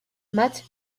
moth